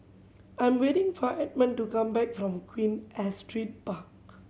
I'm waiting for Edmund to come back from Queen Astrid Park